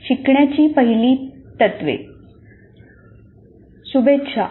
शुभेच्छा